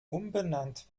umbenannt